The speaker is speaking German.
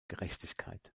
gerechtigkeit